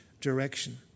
direction